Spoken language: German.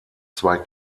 zwei